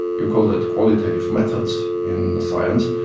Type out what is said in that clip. you call that qualitative methods in science,